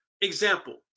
Example